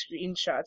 screenshots